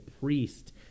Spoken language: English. priest